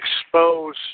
expose